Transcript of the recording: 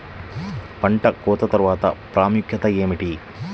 పంట కోత తర్వాత ప్రాముఖ్యత ఏమిటీ?